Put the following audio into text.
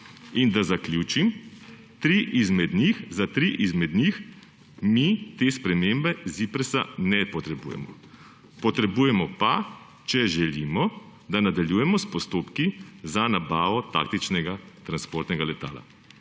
Bell 412. Za tri izmed njih mi te spremembe ZIPRS-a ne potrebujemo. Potrebujemo pa, če želimo, da nadaljujemo s postopki, za nabavo taktičnega transportnega letala,